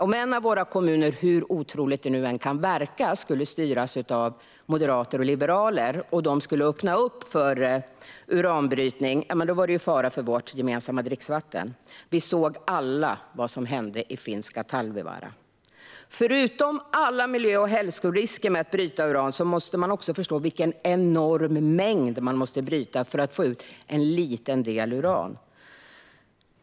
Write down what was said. Om en av våra kommuner - hur otroligt det nu än kan verka - skulle styras av moderater och liberaler och de skulle öppna upp för uranbrytning skulle det vara fara för vårt gemensamma dricksvatten. Vi såg alla vad som hände i finska Talvivaara. Förutom alla miljö och hälsorisker med att bryta uran måste man också förstå vilken enorm mängd som måste brytas för att få ut en liten del uran.